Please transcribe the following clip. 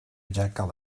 jackal